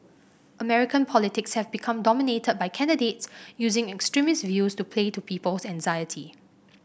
American politics have become dominated by candidates using extremist views to play to people's anxiety